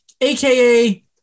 aka